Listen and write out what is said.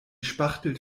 spachtelt